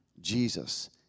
Jesus